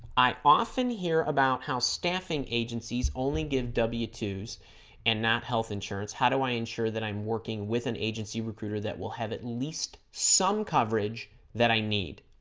i often hear about how staffing agencies only give w two s and not health insurance how do i ensure that i'm working with an agency recruiter that will have at least some coverage that i need